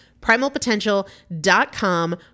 Primalpotential.com